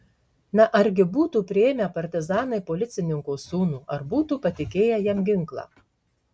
na argi būtų priėmę partizanai policininko sūnų ar būtų patikėję jam ginklą